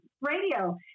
radio